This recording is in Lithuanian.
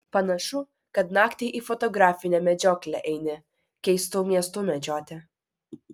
panašu kad naktį į fotografinę medžioklę eini keistų miestų medžioti